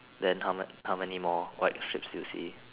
then how how many more white strips do you see